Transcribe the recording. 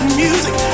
music